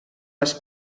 les